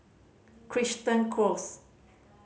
Crichton Close